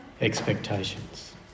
expectations